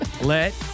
Let